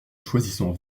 choisissant